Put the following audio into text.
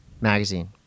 magazine